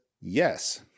yes